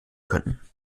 können